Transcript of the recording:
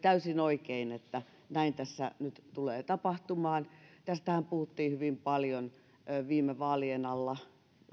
täysin oikein että näin tässä nyt tulee tapahtumaan tästähän puhuttiin hyvin paljon viime vaalien alla